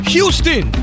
Houston